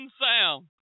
sound